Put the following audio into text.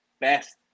best